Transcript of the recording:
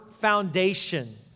foundation